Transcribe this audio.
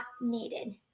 needed